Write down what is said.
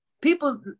People